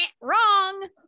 Wrong